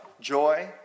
joy